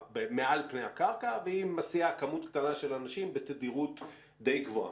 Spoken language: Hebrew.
מעל פני הקרקע והיא מסיעה כמות קטנה של אנשים בתדירות די גבוהה.